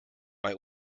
bei